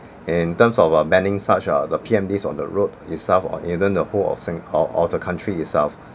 in terms of uh banning such uh the P_M_Ds on the road itself or even the whole of sing~ or or the country itself